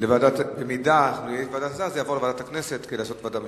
לוועדת הכנסת לעשות ועדה משותפת.